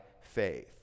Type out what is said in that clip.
faith